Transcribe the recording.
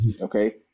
Okay